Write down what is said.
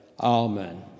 Amen